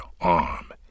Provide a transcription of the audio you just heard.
Arm